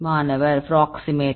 மாணவர் பிராக்ஸிமேட்